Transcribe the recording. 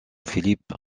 philippe